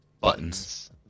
buttons